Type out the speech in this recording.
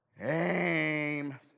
Aim